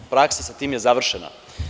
Praksa sa tim je završena.